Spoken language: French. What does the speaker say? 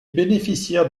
bénéficiaires